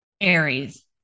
Aries